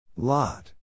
lot